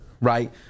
right